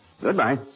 Goodbye